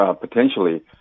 potentially